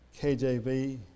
KJV